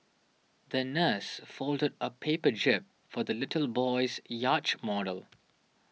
the nurse folded a paper jib for the little boy's yacht model